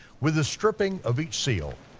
with the stripping of each seal,